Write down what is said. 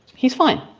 he's fine,